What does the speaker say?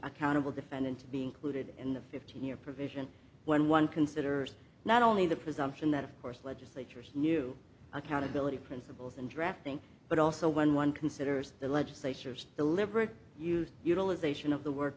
accountable defendant to be included in the fifteen year provision when one considers not only the presumption that of course legislatures new accountability principles in drafting but also when one considers the legislatures deliberate use utilization of the work